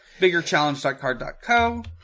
biggerchallenge.card.co